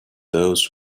those